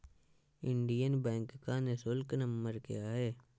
Indian bank का निःशुल्क number क्या है?